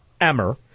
Emmer